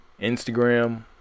Instagram